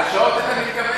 על השעות, אתה מתכוון?